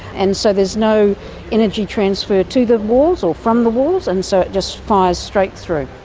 and so there's no energy transfer to the walls or from the walls and so it just fires straight through.